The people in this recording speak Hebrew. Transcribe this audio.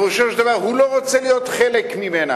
פירושו של דבר שהוא לא רוצה להיות חלק ממנה.